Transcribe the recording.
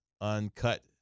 uncut